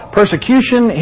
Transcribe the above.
persecution